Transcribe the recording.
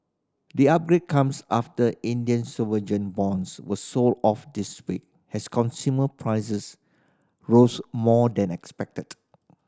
the upgrade comes after Indian bonds were sold off this week as consumer prices rose more than expected